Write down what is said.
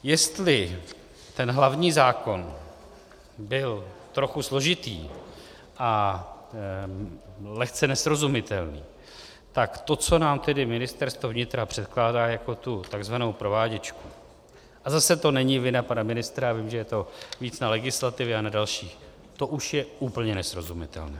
Jestli ten hlavní zákon byl trochu složitý a lehce nesrozumitelný, tak to, co nám tedy Ministerstvo vnitra předkládá jako tu tzv. prováděčku a zase to není vina pana ministra, vím, že je to víc na legislativě a na dalších to už je úplně nesrozumitelné.